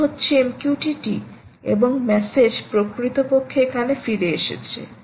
topic হচ্ছে MQTT এবং message প্রকৃতপক্ষে এখানে ফিরে এসেছে